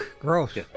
Gross